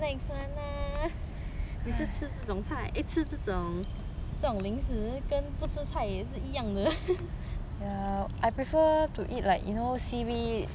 每次吃这种菜 eh 吃这种这种零食跟不吃菜也是一样的